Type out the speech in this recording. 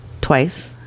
twice